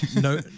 No